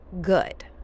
good